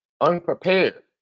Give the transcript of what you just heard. unprepared